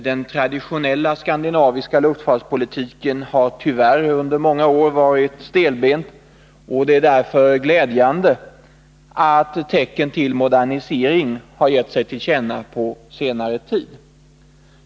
Den traditionella skandinaviska luftfartspolitiken har tyvärr under många år varit stelbent, och det är därför glädjande att tecken till en modernisering har märkts under senare tid.